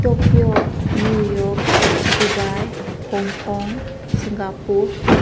Tokyo New York Dubai Hong Kong Singapore